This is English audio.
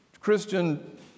Christian